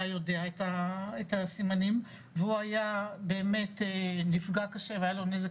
יודע את הסימנים והוא היה באמת נפגע קשה והיה לו נזק